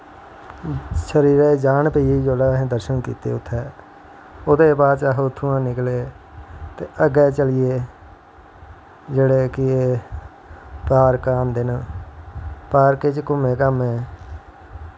सिरै च जान पेई गेई जिसलै दर्शन कीते असैं उत्थें ते ओह्दे बाद अस उत्थमां दा निकले ते अग्गैं चलिये जेह्ड़े के पार्क आंदे न पार्क च घूमें घामें